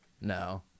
No